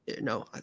No